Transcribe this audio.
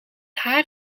haar